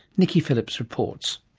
nicky phillips reports.